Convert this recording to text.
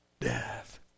death